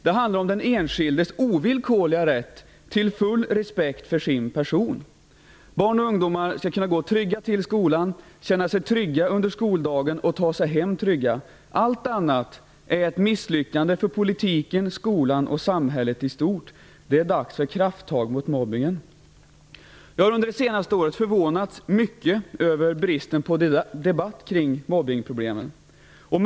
Det handlar om den enskildes ovillkorliga rätt till full respekt för sin person. Barn och ungdomar skall kunna gå trygga till skolan, känna sig trygga under skoldagen och ta sig hem trygga. Allt annat är ett misslyckande för politiken, skolan och samhället i stort. Det är dags för krafttag mot mobbningen. Jag har under det senaste året förvånats mycket över bristen på debatt kring problemen med mobbning.